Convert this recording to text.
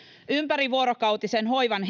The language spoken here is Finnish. ympärivuorokautisen hoivan